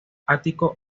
ático